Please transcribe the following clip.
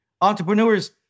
entrepreneurs